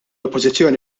oppożizzjoni